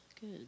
good